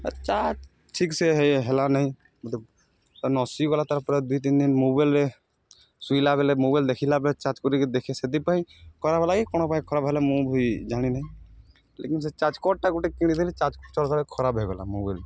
charge ଠିକ୍ସେ ହେଲା ନାଇଁ ନସିଗଲା ତାର୍ପରେ ଦୁଇ ତିନ୍ ଦିନ୍ ମୋବାଇଲ୍ରେ ଶୁଇଲା ବେଲେ ମୋବାଇଲ୍ ଦେଖ୍ଲା ପରେ ଚାର୍ଜ୍ କରିକି ଦେଖେ ସେଥିପାଇଁ ଖରାପ୍ ହେଲା କି କ'ଣ ପାଇଁ ଖରାପ୍ ହେଲା ମୁଁ ବି ଜାଣିିନାହିଁ ଲେକିନ୍ ସେ ଚାର୍ଜ୍ କର୍ଡ଼୍ଟା ଗୋଟେ କିଣିଥିଲି ଚାର୍ଜ୍ କର୍ଡ଼୍ ଖରାପ୍ ହୋଇଗଲା ମୋବାଇଲ୍